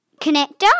connector